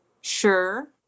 Sure